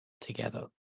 Together